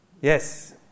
Yes